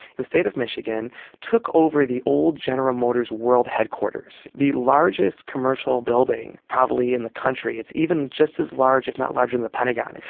the state of michigan took over the old general motors world headquarters, the largest commercial building probably in the country, it's even just as large if not larger than the pentagon.